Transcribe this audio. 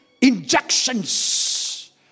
injections